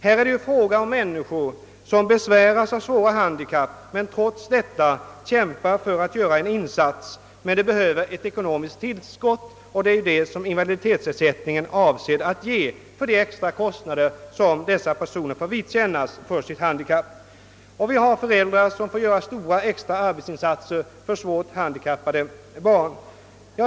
Här är det fråga om människor som besväras av svåra handikapp men trots detta kämpar för att göra en insats. De behöver dock ett ekonomiskt tillskott. Invaliditetsersättningen avser att ge bidrag just till de extra kostnader som dessa personer får vidkännas för sitt handikapp. Det finns föräldrar som får göra stora extra arbetsinsatser för svårt handikappade barn.